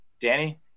Danny